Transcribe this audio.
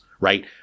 right